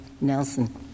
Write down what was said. Nelson